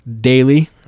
daily